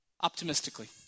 optimistically